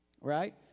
right